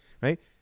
Right